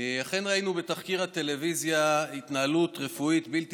אכן ראינו בתחקיר הטלוויזיה התנהלות רפואית בלתי